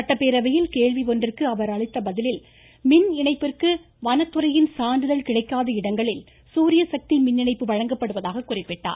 சட்டப்பேரவையில் கேள்வி ஒன்றிற்கு அவர் பதில் அளிக்கையில் மின் இணைப்பிற்கு வனத்துறையின் சான்றிதழ் கிடைக்காத இடங்களில் சூரியசக்தி மின் இணைப்பு வழங்கப்படுவதாக குறிப்பிட்டார்